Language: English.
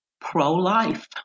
pro-life